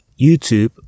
YouTube